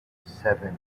seven